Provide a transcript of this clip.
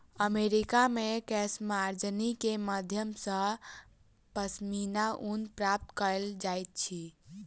America मे केशमार्जनी के माध्यम सॅ पश्मीना ऊन प्राप्त कयल जाइत अछि